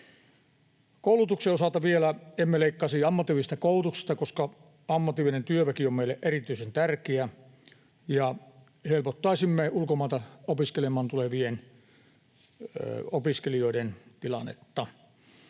Koulutuksen osalta emme leikkaisi ammatillisesta koulutuksesta, koska ammatillinen työväki on meille erityisen tärkeä, ja helpottaisimme ulkomailta opiskelemaan tulevien opiskelijoiden tilannetta.